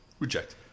Reject